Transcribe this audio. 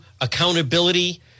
accountability